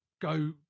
go